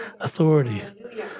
authority